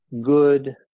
good